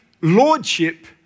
Lordship